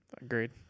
agreed